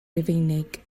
rufeinig